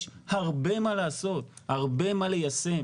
יש הרבה מה לעשות, הרבה מה ליישם.